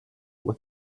with